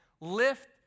lift